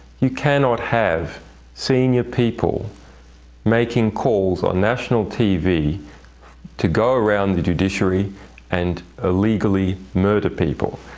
you cannot have senior people making calls on national tv to go around the judiciary and illegally murder people.